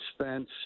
Spence